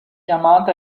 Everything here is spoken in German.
ermahnte